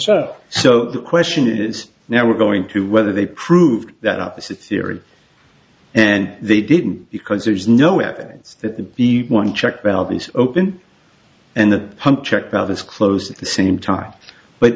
so so the question is now we're going to whether they proved that opposite theory and they didn't because there's no acts that the one check valve is open and the pump check valve is closed at the same time but